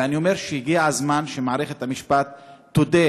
ואני אומר שהגיע הזמן שמערכת המשפט תודה